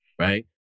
right